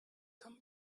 come